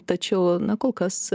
tačiau na kol kas